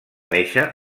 néixer